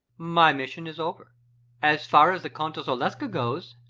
my mission is over as far as the countess olenska goes,